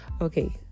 okay